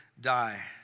die